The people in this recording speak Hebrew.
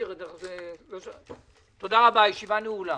הישיבה נעולה.